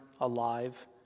alive